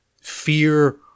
fear